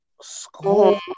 school